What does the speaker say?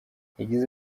yagize